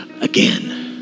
again